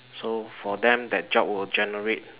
so for them that job would generate